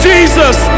Jesus